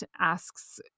asks